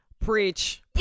preach